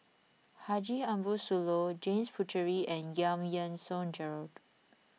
Haji Ambo Sooloh James Puthucheary and Giam Yean Song Gerald